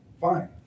fine